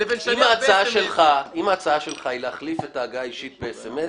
אם ההצעה שלך היא להחליף את ההגעה האישית ב-SMS,